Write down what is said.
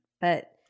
but-